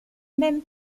même